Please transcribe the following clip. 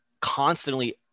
constantly